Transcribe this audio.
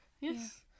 Yes